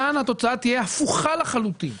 כאן התוצאה תהיה הפוכה לחלוטין.